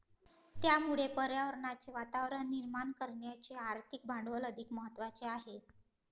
त्यामुळे पर्यावरणाचे वातावरण निर्माण करण्याचे आर्थिक भांडवल अधिक महत्त्वाचे आहे